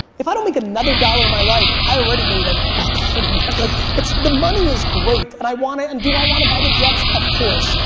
if i don't make another dollar in my life i already made a fuck load of money. like the money is great and i want it and do i want to buy the jets? of course.